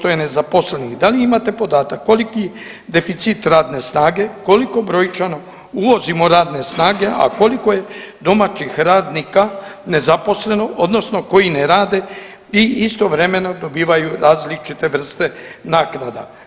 7,3% je nezaposlenih, da li imate podatak koliki deficit radne snage, koliko brojčano uvozimo radne snage, a koliko je domaćih radnika nezaposleno odnosno koji ne rade i istovremeno dobivaju različite vrste naknada?